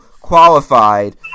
qualified